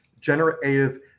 generative